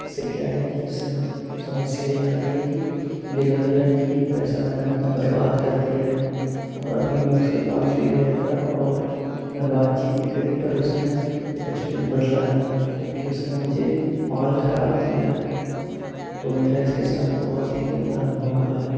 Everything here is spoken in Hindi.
तो उससे किया है कि उससे मुझे समस्या ये जा रही है कि मुझे लग रहा है कि ये पैसा मैंने अपना बर्बाद कर दिया है और अभी मैं उसके पास भी गया था और मैंने बातचीत भी करी पर उसने ये डस्ट्बिन बदला नहीं जबकि उसने मुझे माल खराब दिया है तो मेरा इसके साथ बहुत ही गंदा अनुभव रहा है